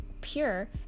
pure